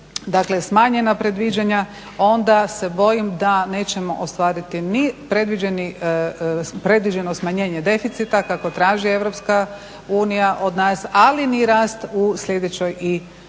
smanjena predviđanja onda se bojim da nećemo ostvariti ni predviđeno smanjenje deficita kako traži EU od nas, ali ni rast u sljedećoj i sljedeće